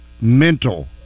mental